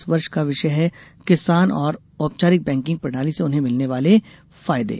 इस वर्ष का विषय है किसान और औपचारिक बैकिंग प्रणाली से उन्हें मिलने वाले फायदे